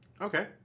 Okay